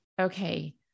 okay